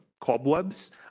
cobwebs